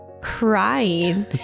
crying